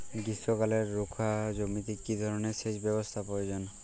গ্রীষ্মকালে রুখা জমিতে কি ধরনের সেচ ব্যবস্থা প্রয়োজন?